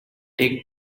take